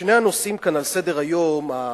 שני הנושאים שעל סדר-היום כאן,